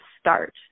start